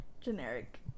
generic